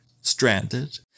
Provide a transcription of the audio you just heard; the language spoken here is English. stranded